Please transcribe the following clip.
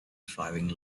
driving